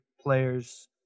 players